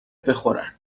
بخورن